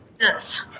Yes